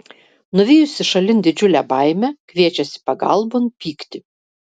nuvijusi šalin didžiulę baimę kviečiasi pagalbon pyktį